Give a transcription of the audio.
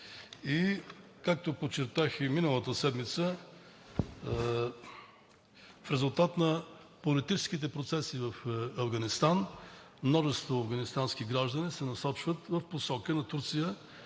и, както подчертах и миналата седмица, в резултат на политическите процеси в Афганистан множество афганистански граждани се насочват в посока на Турция,